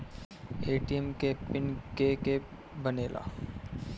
ATM के PIN के के बनेला?